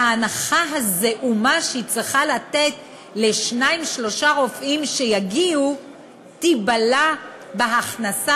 וההנחה הזעומה שהיא צריכה לתת לשניים-שלושה רופאים שיגיעו תיבלע בהכנסה